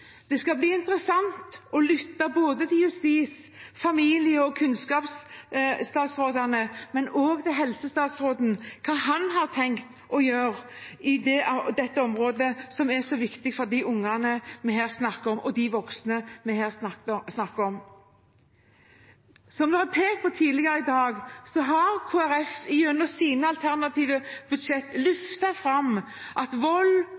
Det skal bli interessant å lytte både til justisministeren, familieministeren og kunnskapsstatsråden, men også helsestatsråden, for å høre hva han har tenkt å gjøre på dette området som er så viktig for de ungene og de voksne vi her snakker om. Som det er pekt på tidligere i dag, har Kristelig Folkeparti i sine alternative budsjett løftet fram at å hindre vold